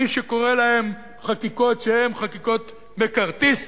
מי שקורא להן חקיקות שהן חקיקות מקארתיסטיות,